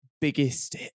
biggest